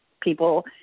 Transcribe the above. people